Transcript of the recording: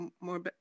more